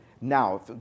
now